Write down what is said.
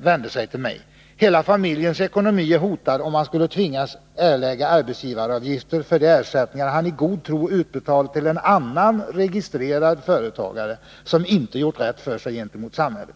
vände sig till mig. Hela familjens ekonomi är hotad, om han skulle tvingas erlägga arbetsgivaravgifter för de ersättningar han i god tro utbetalt till en annan registrerad företagare, som inte gjort rätt för sig gentemot samhället.